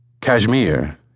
Kashmir